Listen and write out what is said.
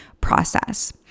process